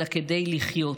אלא כדי לחיות.